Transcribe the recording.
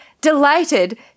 delighted